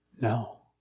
No